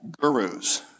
gurus